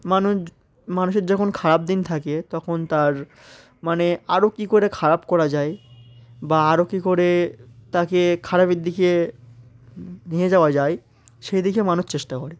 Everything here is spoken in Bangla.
মানুষ মানুষের যখন খারাপ দিন থাকে তখন তার মানে আরও কী করে খারাপ করা যায় বা আরও কী করে তাকে খারাপের দিকে নিয়ে যাওয়া যায় সেই দিকে মানুষ চেষ্টা করে